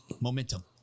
momentum